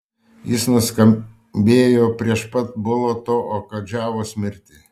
jis nuskambėjo prieš pat bulato okudžavos mirtį